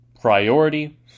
priority